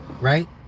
Right